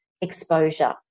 exposure